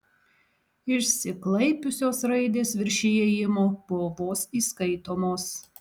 išsiklaipiusios raidės virš įėjimo buvo vos įskaitomos